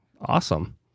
awesome